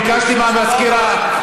ביקשתי מהמזכירה,